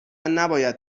نباید